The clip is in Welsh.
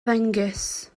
ddengys